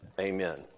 amen